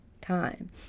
time